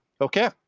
Okay